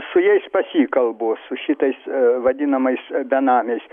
su jais pasikalbu su šitais vadinamais benamiais